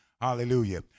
Hallelujah